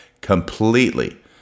completely